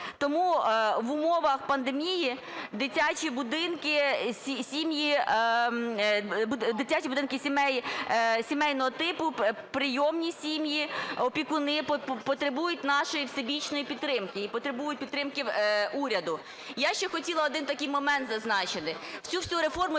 будинки, сім'ї, дитячі будинки сімейного типу, прийомні сім'ї, опікуни потребують нашої всебічної підтримки і потребують підтримки уряду. Я ще хотіла один таким момент зазначити. В цю всю реформу